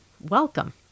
Welcome